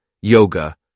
yoga